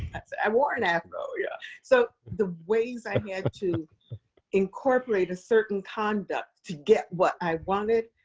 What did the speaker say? i wore an afro. yeah so the ways i had to incorporate a certain conduct to get what i wanted,